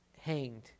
hanged